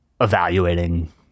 evaluating